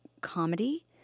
comedy